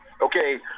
Okay